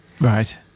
right